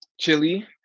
Chili